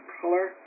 color